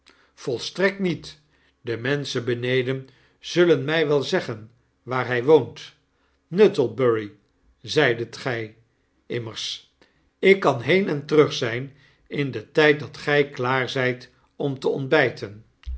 volstrekt niet de menschen beneden zullen my wel zeggen waar hy woont nuttlebury zeidet gy immers ik kan been en terug zyn in den tijd dat gy klaar zyt om te ontbyten